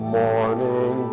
morning